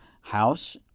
house